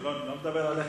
אני לא מדבר עליך,